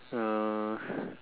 uh